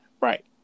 Right